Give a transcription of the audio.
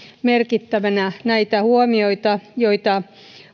merkittävänä näitä huomioita joita